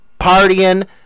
partying